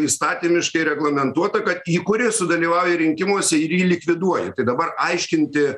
įstatymiškai reglamentuota kad įkuri sudalyvauji rinkimuose ir jį likviduoji tai dabar aiškinti